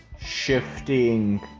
shifting